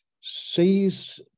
sees